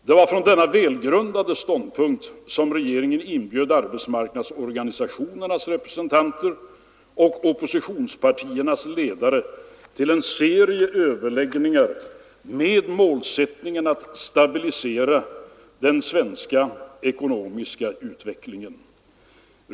Det var utifrån denna välgrundade ståndpunkt som regeringen inbjöd arbetsmarknadsorganisationernas representanter och oppositionspar tiernas ledare till en serie överläggningar med målsättningen att stabilisera den svenska ekonomiska utvecklingen.